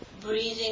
breathing